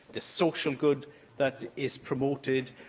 the social good that is promoted,